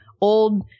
old